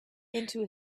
into